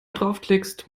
draufklickst